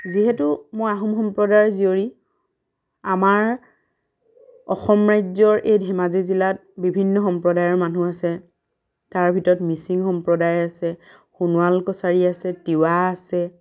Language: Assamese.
যিহেতু মই আহোম সম্প্ৰদায়ৰ জীয়ৰী আমাৰ অসম ৰাজ্যৰ এই ধেমাজি জিলাত বিভিন্ন সম্প্ৰদায়ৰ মানুহ আছে তাৰ ভিতৰত মিচিং সম্প্ৰদায় আছে সোনোৱাল কছাৰী আছে তিৱা আছে